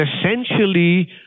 essentially